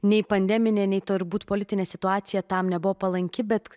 nei pandeminė nei turbūt politinė situacija tam nebuvo palanki bet